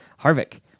Harvick